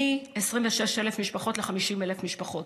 מ-26,000 משפחות ל-50,000 משפחות.